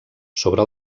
sobre